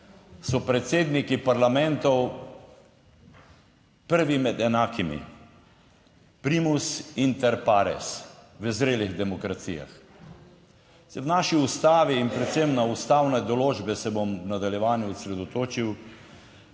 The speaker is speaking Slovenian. so predsedniki parlamentov prvi med enakimi, primus inter pares, v zrelih demokracijah. Saj v naši ustavi in predvsem na ustavne določbe se bom v nadaljevanju osredotočil